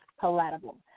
palatable